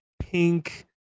pink